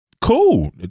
cool